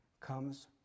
comes